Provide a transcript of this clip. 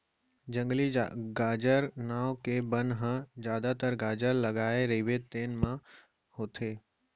जंगली गाजर नांव के बन ह जादातर गाजर लगाए रहिबे तेन म होथे